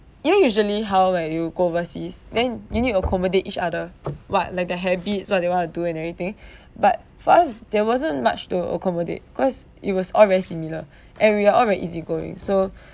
you know usually how when you go overseas then you need to accommodate each other what like their habits what they want to do and everything but for us there wasn't much to accommodate cause it was all very similar and we are all very easygoing so